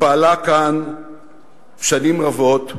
ופעלה כאן שנים רבות ביחד,